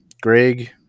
greg